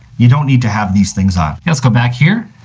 you don't need to have these things on. let's go back here.